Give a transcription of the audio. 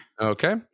Okay